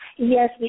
Yes